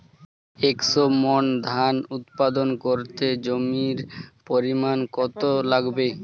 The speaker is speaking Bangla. একশো মন ধান উৎপাদন করতে জমির পরিমাণ কত লাগবে?